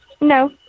No